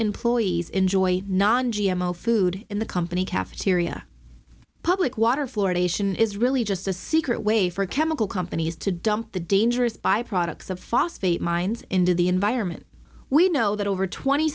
employees enjoy non g m o food in the company cafeteria public water fluoridation is really just a secret way for chemical companies to dump the dangerous by products of phosphate mines into the environment we know that over twenty